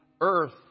earth